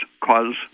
cause